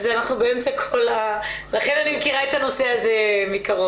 אז אנחנו באמצע ולכן אני מכירה את הנושא הזה מקרוב,